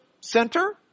center